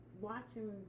watching